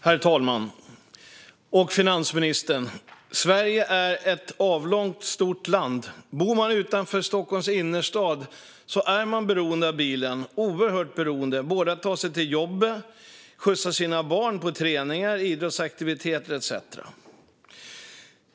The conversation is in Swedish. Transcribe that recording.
Herr talman och finansministern! Sverige är ett avlångt och stort land. Bor man utanför Stockholms innerstad är man oerhört beroende av bilen för att ta sig till jobbet, skjutsa sina barn till träningar och idrottsaktiviteter etcetera.